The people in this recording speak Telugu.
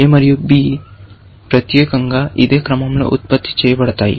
a మరియు b ప్రత్యేకంగా ఇదే క్రమంలో ఉత్పత్తి చేయబడతాయి